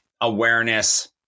awareness